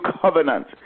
covenant